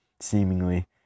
seemingly